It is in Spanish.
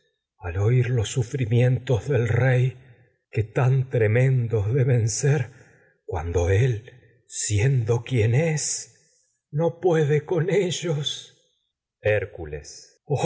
al oír los sufri del rey tan tremendos deben ser cuando él siendo quien hércules vidos no puede con ellos